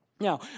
Now